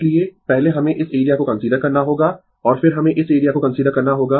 इसलिए पहले हमें इस एरिया को कंसीडर करना होगा और फिर हमें इस एरिया को कंसीडर करना होगा